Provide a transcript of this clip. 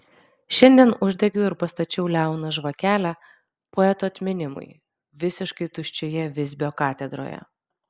šiandien uždegiau ir pastačiau liauną žvakelę poeto atminimui visiškai tuščioje visbio katedroje